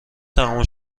تموم